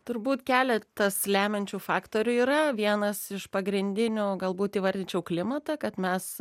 turbūt keletas lemiančių faktorių yra vienas iš pagrindinių galbūt įvardyčiau klimatą kad mes